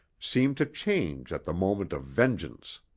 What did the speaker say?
seemed to change at the moment of vengeance.